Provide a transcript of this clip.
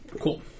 Cool